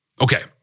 Okay